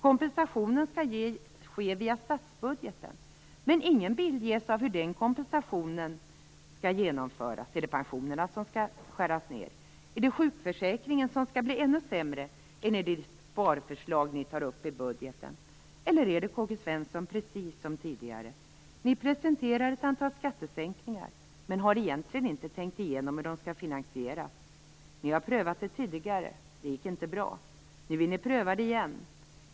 Kompensationen skall ske via statsbudgeten, men det ges ingen bild av hur den kompensationen skall genomföras. Är det pensionerna som skall skäras ned? Är det sjukförsäkringen som skall bli ännu sämre än i det sparförslag ni tar upp i budgeten? Eller är det, K-G Svenson, precis som tidigare att ni presenterar ett antal skattesänkningar, men ni har egentligen inte tänkt igenom hur de skall finansieras? Ni har prövat det tidigare. Det gick inte bra. Nu vill ni pröva det igen.